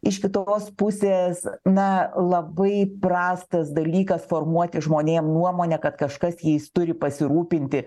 iš kitos pusės na labai prastas dalykas formuoti žmonėm nuomonę kad kažkas jais turi pasirūpinti